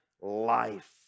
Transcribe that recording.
life